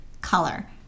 color